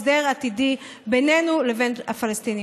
הסדר עתידי בינינו לבין הפלסטינים.